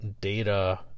data